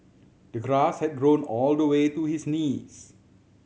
the grass had grown all the way to his knees